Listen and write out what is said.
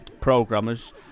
programmers